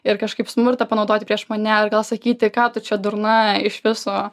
ir kažkaip smurtą panaudoti prieš mane ar gal sakyti ką tu čia durna iš viso